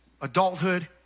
adulthood